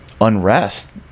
unrest